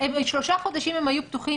שלושה חודשים הם היו פתוחים.